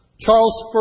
Charles